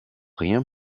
rien